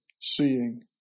seeing